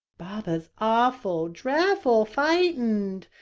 baba's awful, drefful fightened.